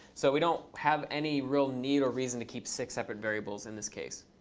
so we don't have any real need or reason to keep six separate variables in this case.